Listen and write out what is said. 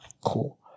Cool